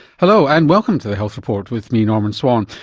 hello, and welcome to the health report with me, norman swan.